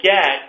get